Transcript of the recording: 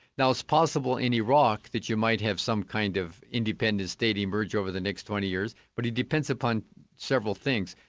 now it's possible in iraq that you might have some kind of independent state emerge over the next twenty years, but it depends upon several things.